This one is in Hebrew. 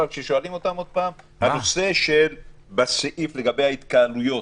אבל כששואלים אותם עוד פעם בסעיף לגבי ההתקהלויות,